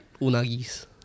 unagis